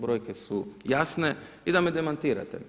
Brojke su jasne i da me demantirate.